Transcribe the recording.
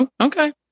Okay